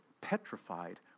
petrified